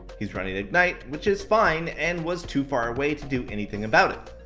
he's running ignite, which is fine, and was too far away to do anything about it.